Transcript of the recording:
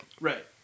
Right